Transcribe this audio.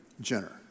Jenner